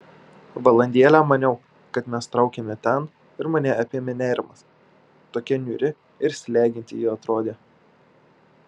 valandėlę maniau kad mes traukiame ten ir mane apėmė nerimas tokia niūri ir slegianti ji atrodė